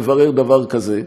לברר דבר כזה,